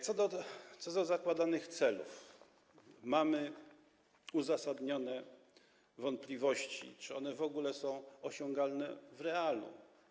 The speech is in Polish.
Co do zakładanych celów mamy uzasadnione wątpliwości, czy one w ogóle są osiągalne w realu.